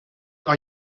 are